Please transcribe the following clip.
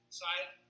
side